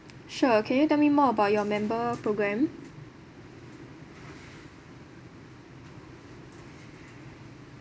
sure can you tell me more about your member program